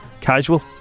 casual